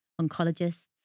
oncologists